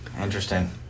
Interesting